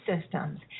systems